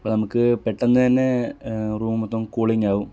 അപ്പം നമുക്ക് പെട്ടെന്ന് തന്നെ റൂം മൊത്തം കൂളിംഗ് ആവും